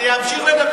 אני אמשיך לדבר,